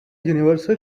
universal